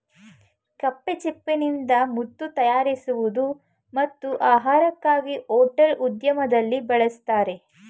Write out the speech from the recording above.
ಕಪ್ಪೆಚಿಪ್ಪಿನಿಂದ ಮುತ್ತು ತಯಾರಿಸುವುದು ಮತ್ತು ಆಹಾರಕ್ಕಾಗಿ ಹೋಟೆಲ್ ಉದ್ಯಮದಲ್ಲಿ ಬಳಸ್ತರೆ